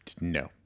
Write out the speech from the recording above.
No